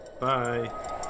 bye